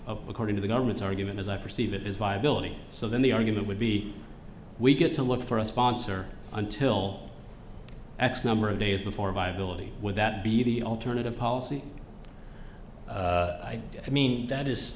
backstop according to the government's argument as i perceive it is viability so then the argument would be we get to look for a sponsor until x number of days before viability would that be the alternative policy i mean that is